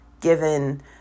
given